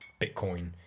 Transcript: Bitcoin